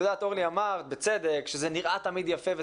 אורלי, אמרת בצדק שזה נראה תמיד יפה.